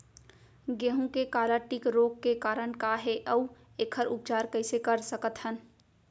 गेहूँ के काला टिक रोग के कारण का हे अऊ एखर उपचार कइसे कर सकत हन?